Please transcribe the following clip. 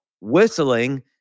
whistling